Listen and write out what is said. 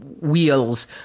wheels